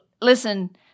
listen